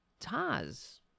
Taz